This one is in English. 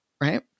right